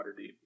Waterdeep